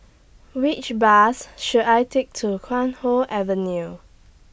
Which Bus should I Take to Chuan Hoe Avenue